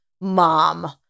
mom